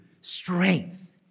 strength